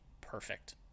perfect